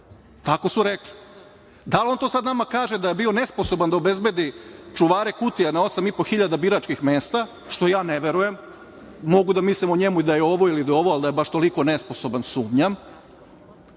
Tako su rekli. Da li on to sad nama kaže da je bio nesposoban da obezbedi čuvare kutija na osam i po hiljada biračkih mesta, što ja ne verujem, mogu da mislim o njemu i da je ovo i da je ono ali da je baš toliko nesposoban sumnjam.